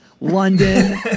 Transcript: london